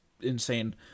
insane